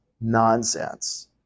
nonsense